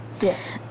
Yes